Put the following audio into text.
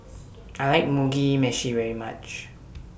I like Mugi Meshi very much